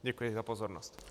Děkuji za pozornost.